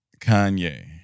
Kanye